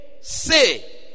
say